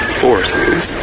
forces